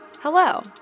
Hello